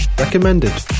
Recommended